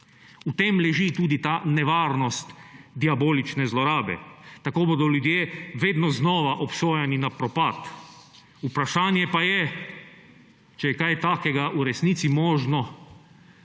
V tem leži tudi ta nevarnost diabolične zlorabe. Tako bodo ljudje vedno znova obsojani na propad. Vprašanje pa je, če je kaj takega v resnici možno